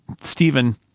Stephen